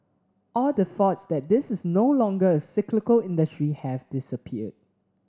all the thoughts that this is no longer a cyclical industry have disappeared